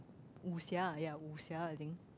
武俠 ya 武俠 I think